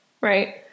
right